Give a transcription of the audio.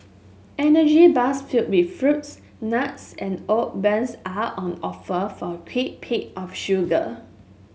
energy bars filled with fruits nuts and oat bran's are on offer for a quick pick of sugar